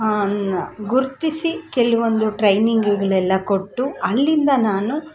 ಗುರುತಿಸಿ ಕೆಲವೊಂದು ಟ್ರೈನಿಂಗ್ಗಳೆಲ್ಲ ಕೊಟ್ಟು ಅಲ್ಲಿಂದ ನಾನು